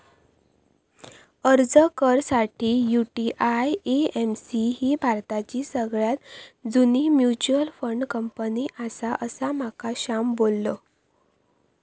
अर्ज कर साठी, यु.टी.आय.ए.एम.सी ही भारताची सगळ्यात जुनी मच्युअल फंड कंपनी आसा, असा माका श्याम बोललो